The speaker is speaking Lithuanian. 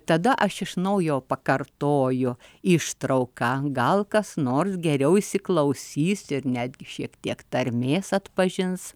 tada aš iš naujo pakartoju ištrauką gal kas nors geriau įsiklausys ir netgi šiek tiek tarmės atpažins